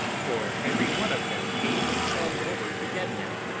for every one of them gave themselves over for dead men,